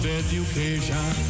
education